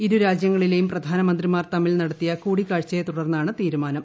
ഇരുരാജ്യങ്ങളിലെയും പ്രധാനമന്ത്രിമാർ തമ്മിൽ നടത്തിയ കൂടിക്കാഴ്ചയെ തുടർന്നാണ് തീരുമാനം